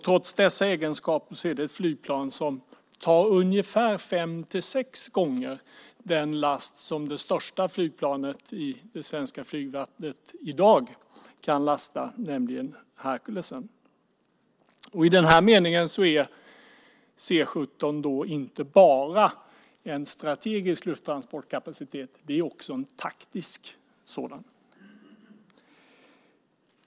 Trots dessa egenskaper är det ett flygplan som tar ungefär fem sex gånger den last som det största flygplanet i det svenska flygvapnet, nämligen Hercules, i dag kan lasta. I den meningen är C 17 inte bara en strategisk lufttransportkapacitet, utan det är också en taktisk sådan.